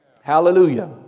Hallelujah